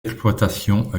exploitations